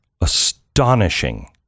astonishing